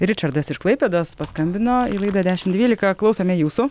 ričardas ir klaipėdos paskambino į laidą dešimt dvylika klausome jūsų